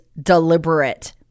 deliberate